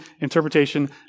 interpretation